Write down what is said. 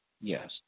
Yes